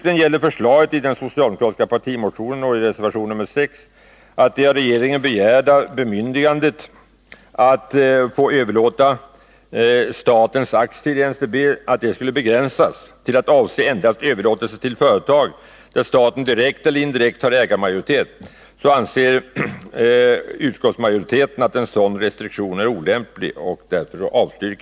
I den socialdemokratiska partimotionen och i reservationen 6 förslås en begränsning i det av regeringen begärda bemyndigandet att få överlåta statens aktier i NCB till att endast avse överlåtelse till företag där staten direkt eller indirekt har ägarmajoritet. Utskottsmajoriteten anser att en sådan restriktion är olämplig och avstyrker därför förslaget.